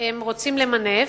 הם רוצים למנף,